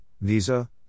Visa